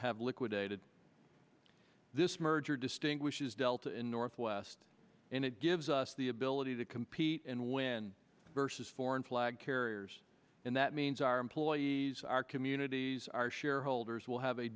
have liquidated this merger distinguishes delta and northwest and it gives us the ability to compete and win vs foreign flag carriers and that means our employees our communities our shareholders will have a